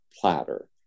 platter